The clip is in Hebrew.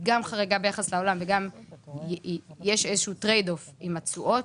גם חריגה ביחס לעולם ויש איזשהו טרייד-אוף עם התשואות.